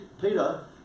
Peter